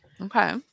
okay